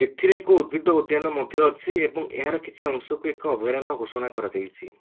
ଏଥିରେ ଏକ ଉଦ୍ଭିଦ ଉଦ୍ୟାନ ମଧ୍ୟ ଅଛି ଏବଂ ଏହାର କିଛି ଅଂଶକୁ ଏକ ଅଭୟାରଣ୍ୟ ଘୋଷଣା କରାଯାଇଛି